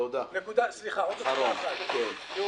תודה, חזי.